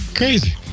crazy